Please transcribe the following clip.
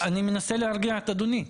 אני מנסה להרגיע את אדוני.